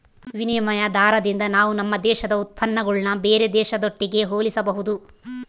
ವಿನಿಮಯ ದಾರದಿಂದ ನಾವು ನಮ್ಮ ದೇಶದ ಉತ್ಪನ್ನಗುಳ್ನ ಬೇರೆ ದೇಶದೊಟ್ಟಿಗೆ ಹೋಲಿಸಬಹುದು